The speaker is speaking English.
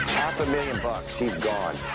a million bucks, he's gone.